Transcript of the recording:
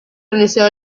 realizó